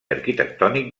arquitectònic